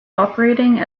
operating